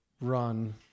run